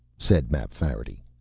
said mapfarity.